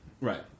right